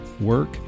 work